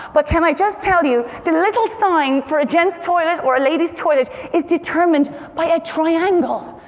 but can i just tell you, the little sign for a gents' toilet or a ladies' toilet is determined by a triangle.